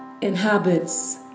inhabits